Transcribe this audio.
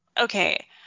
okay